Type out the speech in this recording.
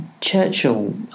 Churchill